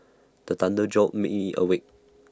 the thunder jolt me awake